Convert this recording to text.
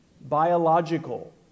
biological